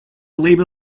labor